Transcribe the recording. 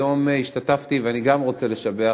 היום השתתפתי, וגם אני רוצה לשבח